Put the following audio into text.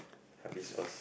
have this first